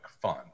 fun